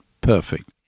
perfect